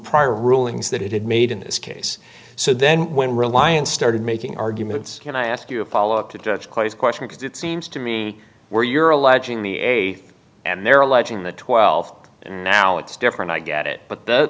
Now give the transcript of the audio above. prior rulings that it had made in this case so then when reliance started making arguments can i ask you a follow up to judge clay's question because it seems to me where you're alleging the th and they're alleging the th and now it's different i get it but th